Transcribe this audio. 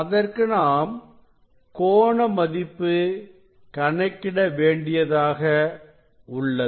அதற்கு நாம் கோண மதிப்பு கணக்கிட வேண்டியதாக உள்ளது